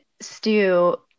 Stu